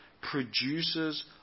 produces